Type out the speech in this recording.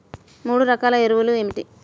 మూడు రకాల ఎరువులు ఏమిటి?